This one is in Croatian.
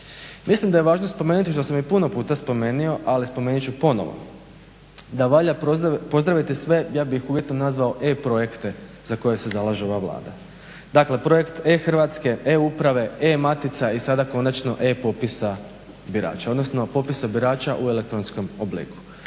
Mislim da je važno spomenuti, što sam i puno puta spomenuo, ali spomenut ću ponovo da valja pozdraviti, ja bi ih uvjetno nazvao E-projekte za koje se zalaže ova Vlada. Dakle, projekt E-Hrvatske, E-uprave, E-matica i sada konačno E-popisa birača, odnosno popisa birača u elektronskom obliku.